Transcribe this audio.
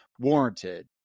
warranted